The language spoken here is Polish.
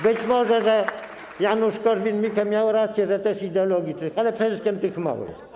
Być może Janusz Korwin-Mikke miał rację, że też ideologicznych, ale przede wszystkim tych małych.